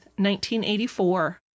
1984